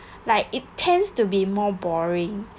like it tends to be more boring